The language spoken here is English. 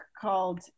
called